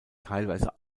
teilweise